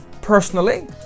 Personally